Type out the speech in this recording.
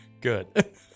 good